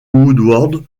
world